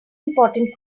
important